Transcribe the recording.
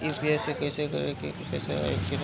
UPI से कईसे पता करेम की पैसा आइल की ना?